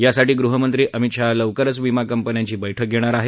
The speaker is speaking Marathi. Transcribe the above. यासाठी गृहमंत्री अमित शहा लवकरच विमा कंपन्यांची बैठक घेणार आहेत